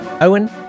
Owen